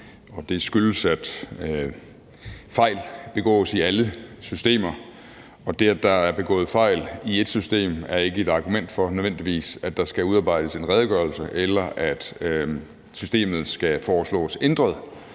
det skyldes, at fejl begås i alle systemer, og det, at der er begået fejl i et system, er ikke nødvendigvis et argument for, at der skal udarbejdes en redegørelse, eller at systemet skal foreslås ændret.